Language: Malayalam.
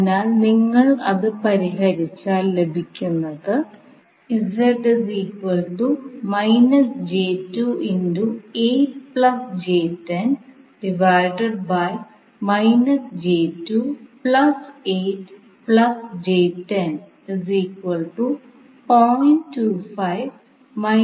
അതിനാൽ ഫേസർ അല്ലെങ്കിൽ ഫ്രീക്വൻസി ഡൊമെയ്നിൽ നൽകിയിരിക്കുന്ന പ്രശ്നമുണ്ടെങ്കിൽ നമുക്ക് ആദ്യ പടി പിന്തുടരേണ്ടതില്ല